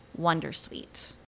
wondersuite